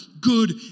good